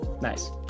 nice